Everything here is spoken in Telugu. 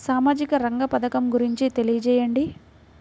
సామాజిక రంగ పథకం గురించి తెలియచేయండి?